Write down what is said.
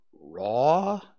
raw